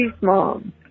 mom